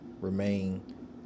remain